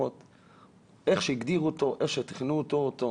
איך שהגדירו אותו, איך שתכנתו אותו,